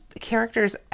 characters